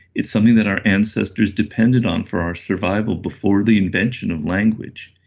it's something that our ancestors depended on for our survival before the invention of language.